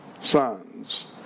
sons